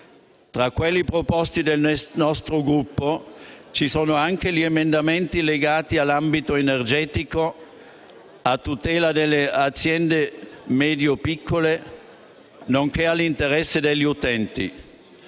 Tra quelli proposti dal nostro Gruppo, ci sono anche gli emendamenti legati all'ambito energetico, a tutela delle aziende medio-piccole, nonché dell'interesse degli utenti.